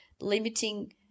limiting